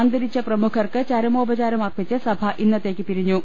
അന്തരിച്ച പ്രമുഖർക്ക് ചരമോപചാരം അർപ്പിച്ച് സഭ ഇന്നത്തേക്ക് പിരിഞ്ഞു